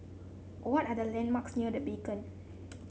what are the landmarks near The Beacon